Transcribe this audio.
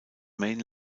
main